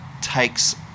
takes